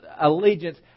allegiance